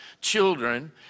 children